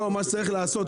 צריך לעשות,